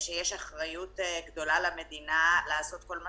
יש אחריות גדולה על המדינה לעשות כל מה